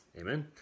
Amen